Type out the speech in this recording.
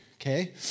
okay